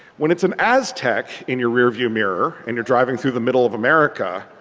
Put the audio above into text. when it's an aztex in your rearview mirror and you're driving through the middle of america,